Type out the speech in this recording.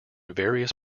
various